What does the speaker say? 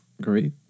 Great